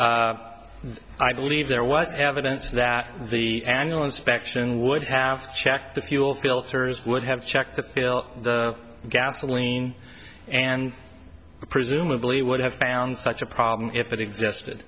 i believe there was evidence that the annual inspection would have checked the fuel filters would have checked to fill the gas saline and presumably would have found such a problem if it existed